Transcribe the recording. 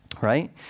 right